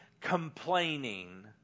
complaining